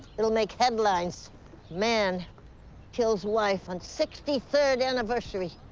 it'll make headlines man kills wife on sixty third anniversary,